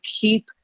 keep